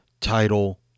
Title